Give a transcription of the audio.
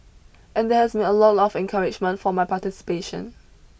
and there's been a lot of encouragement for my participation